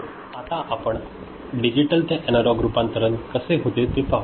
आता आपण डिजिटल हे अॅनालॉग रूपांतरण कसे होते ते पाहू